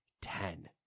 ten